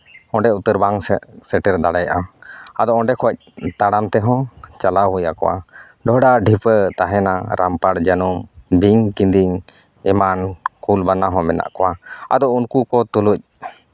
ᱚᱸᱰᱮ ᱩᱛᱟᱹᱨ ᱵᱟᱝ ᱥᱮᱴᱮᱨ ᱫᱟᱲᱮᱭᱟᱜᱼᱟ ᱟᱫᱚ ᱚᱸᱰᱮ ᱠᱷᱚᱱ ᱛᱟᱲᱟᱢ ᱛᱮᱦᱚᱸ ᱪᱟᱞᱟᱣ ᱦᱩᱭᱟᱠᱚᱣᱟ ᱰᱚᱰᱷᱟ ᱰᱷᱤᱯᱟᱹ ᱛᱟᱦᱮᱱᱟ ᱨᱟᱢᱯᱟᱲ ᱡᱟᱹᱱᱩᱢ ᱵᱤᱧᱼᱠᱤᱫᱤᱧ ᱮᱢᱟᱱ ᱠᱩᱞ ᱵᱟᱱᱟ ᱦᱚᱸ ᱢᱮᱱᱟᱜ ᱠᱚᱣᱟ ᱟᱫᱚ ᱩᱱᱠᱩ ᱠᱚ ᱛᱩᱞᱩᱡᱽ